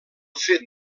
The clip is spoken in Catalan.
fet